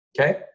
okay